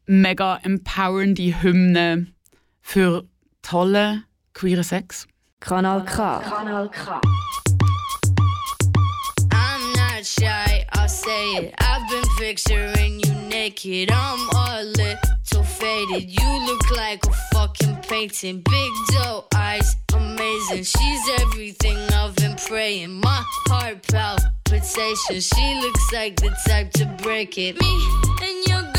mega empowernde Hymne für tolle queere Sex. Kanal K. Kanal K. I'm not shy, I'll say it. I've been picturing you naked. I'm a little faded. You look like a fucking painting. Big doe eyes, amazing. She's everything I've been praying. My heart palpitations. She looks like the type to break it. Me and your